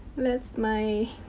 that's my.